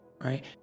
right